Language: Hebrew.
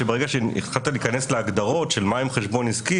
ברגע שהתחלתם להגדרות של מהם חשבון עסקי,